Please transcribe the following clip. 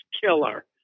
killer